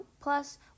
plus